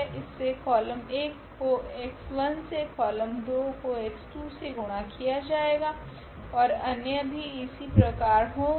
इसमे कॉलम 1 को x1 से कॉलम 2 को x2 से गुणा किया जाएगा ओर अन्य भी इसी प्रकार होगे